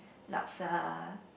laksa